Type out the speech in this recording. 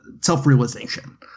self-realization